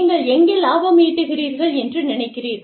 நீங்கள் எங்கே லாபம் ஈட்டுகிறீர்கள் என்று நினைக்கிறீர்கள்